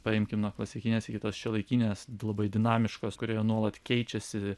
paimkim nuo klasikinės iki tos šiuolaikinės labai dinamiškos kurioje nuolat keičiasi